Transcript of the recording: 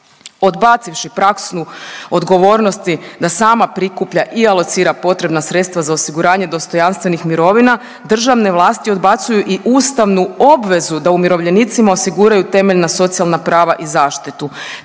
Odbacivši praksu odgovornosti da sama prikuplja i alocira potrebna sredstva za osiguranje dostojanstvenih mirovina državne vlasti odbacuju i ustavnu obvezu da umirovljenicima osiguraju temeljna socijalna prava i zaštitu.